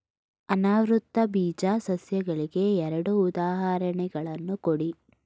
ಅನಾವೃತ ಬೀಜ ಸಸ್ಯಗಳಿಗೆ ಎರಡು ಉದಾಹರಣೆಗಳನ್ನು ಕೊಡಿ